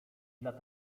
dla